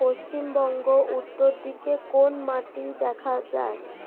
পশ্চিমবঙ্গ উত্তর দিকে কোন মাটি দেখা যায়?